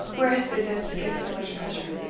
where his visits give so much pleasure.